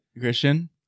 Christian